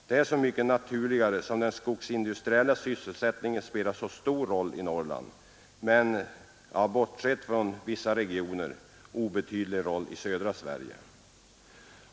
Detta är så mycket naturligare som den skogsindustriella sysselsättningen spelar stor roll i Norrland men — bortsett från vissa regioner — obetydlig roll i södra Sverige.